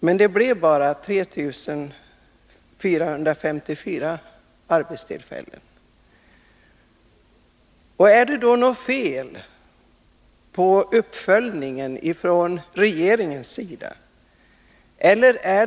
Men det blev bara 3454 arbetstillfällen. Är det då inte fel på uppföljningen från regeringens sida?